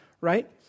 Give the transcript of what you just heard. right